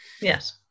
Yes